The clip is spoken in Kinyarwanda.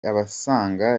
abasanga